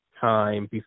time